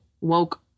woke